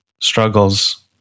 struggles